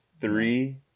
three